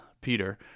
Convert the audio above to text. Peter